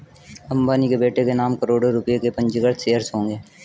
अंबानी के बेटे के नाम करोड़ों रुपए के पंजीकृत शेयर्स होंगे